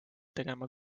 tegema